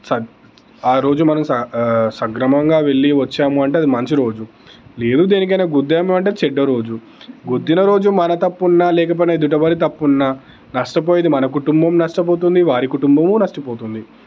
ఆరోజు మనం సక్రమంగా వెళ్ళి వచ్చాము అంటే అది మంచి రోజు లేదు దేనికైనా గుద్దాము అంటే చెడ్డ రోజు గుద్దిన రోజు మన తప్పు ఉన్నా లేకున్నా ఎదుటివారి తప్పు ఉన్నా నష్టపోయేది మన కుటుంబం నష్టపోతుంది వారి కుటుంబము నష్టపోతుంది